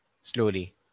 slowly